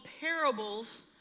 Parables